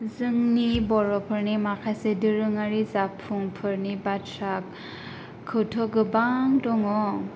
जोंनि बर'फोरनि माखासे दोरोङारि जाफुंफोरनि बाथ्रा खौथो गोबां दङ